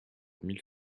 mille